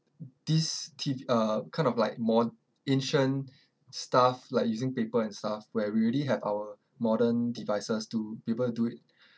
this T_V uh kind of like more ancient stuff like using paper and stuff where we already have our modern devices to able to do it